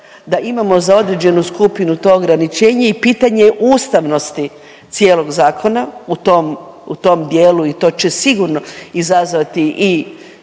da imamo za određenu skupinu to ograničenje i pitanje je ustavnosti cijelog zakona u tom, u tom dijelu i to će sigurno izazvati i,